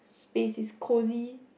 space is cosy